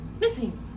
missing